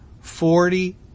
forty